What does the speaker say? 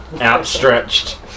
outstretched